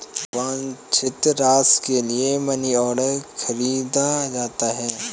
वांछित राशि के लिए मनीऑर्डर खरीदा जाता है